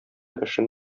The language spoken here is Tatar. эшен